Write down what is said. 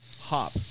hop